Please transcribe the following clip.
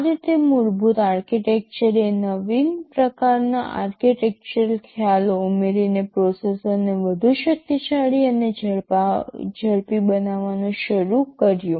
આ રીતે મૂળભૂત આર્કિટેક્ચર એ નવીન પ્રકારના આર્કિટેક્ચરલ ખ્યાલો ઉમેરીને પ્રોસેસરને વધુ શક્તિશાળી અને ઝડપી બનાવવાનું શરૂ કર્યું